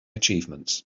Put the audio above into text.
achievements